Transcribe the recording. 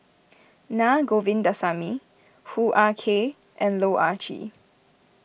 Naa Govindasamy Hoo Ah Kay and Loh Ah Chee